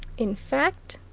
in fact,